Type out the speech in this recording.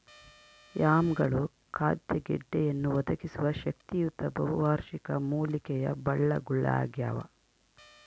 ಯಾಮ್ಗಳು ಖಾದ್ಯ ಗೆಡ್ಡೆಯನ್ನು ಒದಗಿಸುವ ಶಕ್ತಿಯುತ ಬಹುವಾರ್ಷಿಕ ಮೂಲಿಕೆಯ ಬಳ್ಳಗುಳಾಗ್ಯವ